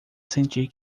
sentir